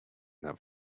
that